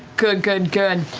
good, good, good.